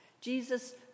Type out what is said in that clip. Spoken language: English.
Jesus